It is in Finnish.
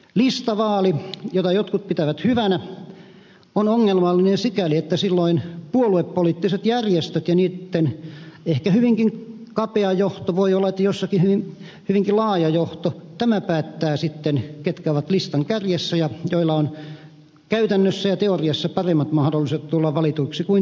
listavaali jota jotkut pitävät hyvänä on ongelmallinen sikäli että silloin puoluepoliittisissa järjestöissä ehkä hyvinkin kapea johto voi olla että jossakin hyvinkin laaja johto päättää sitten ketkä ovat listan kärjessä ja keillä on käytännössä ja teoriassa paremmat mahdollisuudet tulla valituiksi kuin toisilla